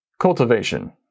Cultivation